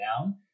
down